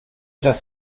dass